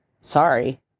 sorry